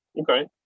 Okay